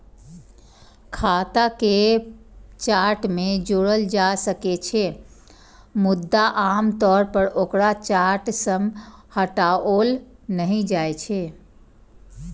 खाता कें चार्ट मे जोड़ल जा सकै छै, मुदा आम तौर पर ओकरा चार्ट सं हटाओल नहि जाइ छै